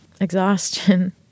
exhaustion